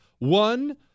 One